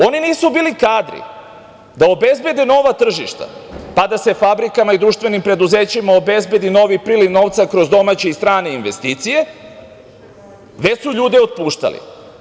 Oni nisu bili kadri da obezbede nova tržišta, pa da se fabrikama i društvenim preduzećima obezbedi novi priliv novca kroz domaće i strane investicije, već su ljude otpuštali.